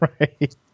right